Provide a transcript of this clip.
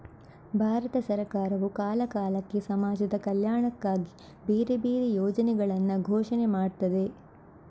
ಭಾರತ ಸರಕಾರವು ಕಾಲ ಕಾಲಕ್ಕೆ ಸಮಾಜದ ಕಲ್ಯಾಣಕ್ಕಾಗಿ ಬೇರೆ ಬೇರೆ ಯೋಜನೆಗಳನ್ನ ಘೋಷಣೆ ಮಾಡ್ತದೆ